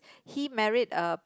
he married a